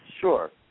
Sure